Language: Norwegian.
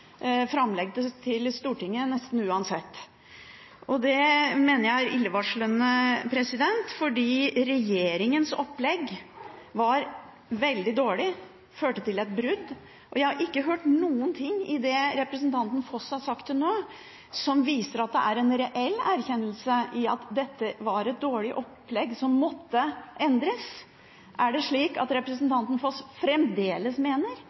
framlegg til Stortinget nesten uansett. Det mener jeg er illevarslende, fordi regjeringens opplegg var veldig dårlig, det førte til et brudd, og jeg har ikke hørt noen ting i det representanten Foss har sagt til nå, som viser at det er en reell erkjennelse av at dette var et dårlig opplegg som måtte endres. Er det slik at representanten Foss fremdeles mener